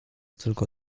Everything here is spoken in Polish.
tylko